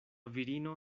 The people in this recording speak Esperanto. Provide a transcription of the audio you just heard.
virino